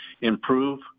improve